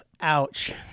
Ouch